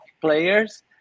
players